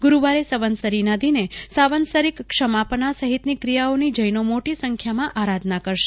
ગુરૂવારે સવંત્સરીના દિને સાવંત્સરિક ક્ષમાપના સહિતની ક્રિયાઓની જૈનો મોટી સંખ્યામાં આરાધના કરશે